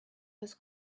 was